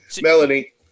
Melanie